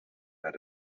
had